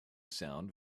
sound